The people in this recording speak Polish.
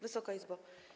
Wysoka Izbo!